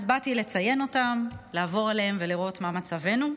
אז באתי לציין אותן, לעבור עליהן ולראות מה מצבנו.